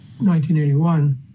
1981